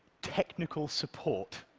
technical support.